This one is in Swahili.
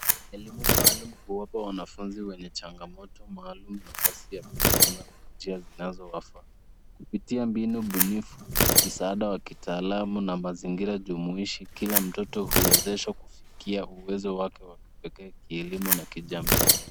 Elimu maalum huwapa wanafunzi wenye changamoto maalum nafasi ya kujifunza kwa njia zinazowafaa. Kupitia mbinu bunifu, msaada wa kitaalamu na mazingira jumuishi, kila mtoto huwezeshwa kufikia uwezo wake wa kipekee kielimu na kijamii.